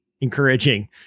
encouraging